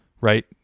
right